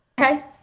Okay